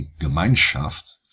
Gemeinschaft